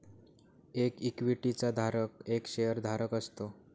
एक इक्विटी चा धारक एक शेअर धारक असतो